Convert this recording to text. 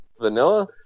Vanilla